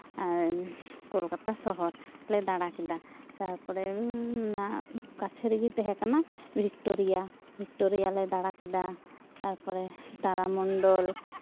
ᱟᱨ ᱠᱳᱞᱠᱟᱛᱟ ᱥᱚᱦᱚᱨᱞᱮ ᱫᱟᱬᱟ ᱠᱮᱫᱟ ᱛᱟᱨᱯᱚᱨᱮ ᱚᱱᱟ ᱠᱟᱪᱷᱮ ᱨᱮᱜᱮ ᱛᱟᱦᱮᱸ ᱠᱟᱱᱟ ᱵᱷᱤᱠᱴᱳᱨᱤᱭᱟ ᱵᱷᱤᱠᱴᱳᱨᱤᱭᱟ ᱞᱮ ᱫᱟᱬᱟ ᱠᱮᱫᱟ ᱛᱟᱨᱯᱚᱨᱮ ᱛᱟᱨᱟ ᱢᱚᱱᱰᱚᱞ